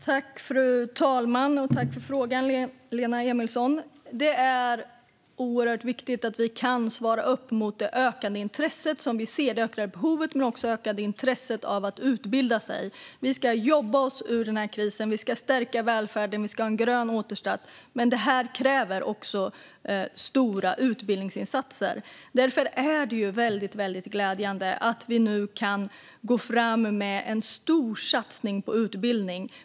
Fru talman! Tack, Lena Emilsson, för frågan! Det är oerhört viktigt att vi kan svara mot både det ökade intresset för att utbilda sig och det ökade behov som vi ser. Vi ska jobba oss ur krisen. Vi ska stärka välfärden. Vi ska ha en grön återstart. Men det här kräver stora utbildningsinsatser. Det är därför väldigt glädjande att vi nu kan gå fram med en stor satsning på utbildning.